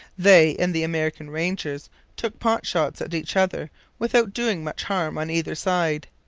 they and the american rangers took pot-shots at each other without doing much harm on either side.